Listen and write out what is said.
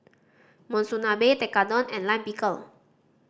Monsunabe Tekkadon and Lime Pickle